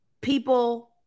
people